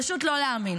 פשוט לא להאמין.